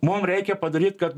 mum reikia padaryt kad